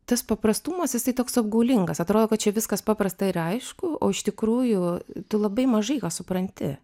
tas paprastumas jisai toks apgaulingas atrodo kad čia viskas paprasta ir aišku o iš tikrųjų tu labai mažai ką supranti